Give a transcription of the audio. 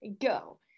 Go